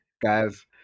Guys